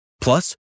Plus